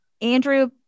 andrew